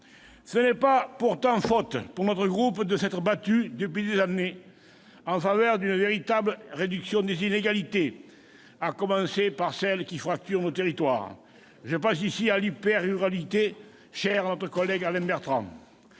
Ce n'est pourtant pas faute, pour notre groupe, de s'être battu depuis des années en faveur d'une véritable réduction des inégalités, à commencer par celles qui fracturent nos territoires. Je pense ici à l'hyper-ruralité, chère à notre collègue Alain Bertrand.